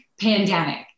pandemic